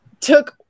took